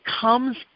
comes